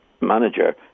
manager